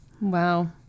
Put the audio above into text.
Wow